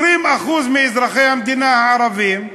20% מאזרחי המדינה הערבים,